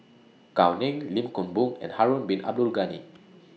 Gao Ning Lim Kim Boon and Harun Bin Abdul Ghani